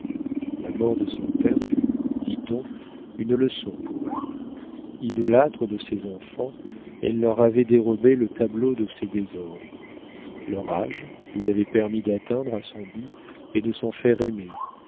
la mort de son père fut dit-on une leçon pour elle idolâtre de ses enfants elle leur avait dérobé le tableau de ses désordres leur âge lui avait permis d'atteindre à son but et de s'en faire aimer